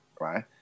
right